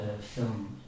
film